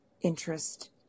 interest